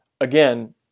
Again